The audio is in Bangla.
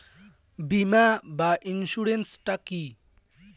বিমা বা ইন্সুরেন্স টা কি?